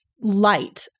light